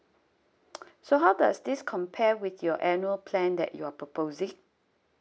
so how does this compare with your annual plan that you're proposing